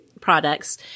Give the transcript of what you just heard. products